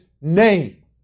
name